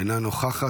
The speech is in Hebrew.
אינה נוכחת.